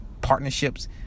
partnerships